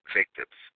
victims